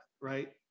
right